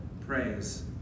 Praise